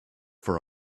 for